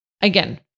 Again